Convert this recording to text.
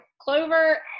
clover